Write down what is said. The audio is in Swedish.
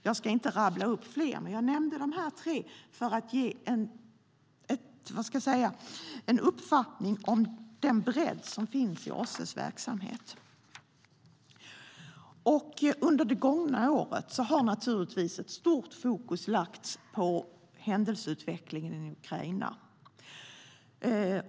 Jag ska inte rabbla upp fler, men jag nämnde dessa tre missioner för att ge en uppfattning om den bredd som finns i OSSE:s verksamhet. Under det gångna året har naturligtvis stort fokus legat på händelseutvecklingen i Ukraina.